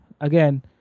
again